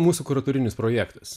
mūsų kuratorinis projektas